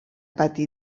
pati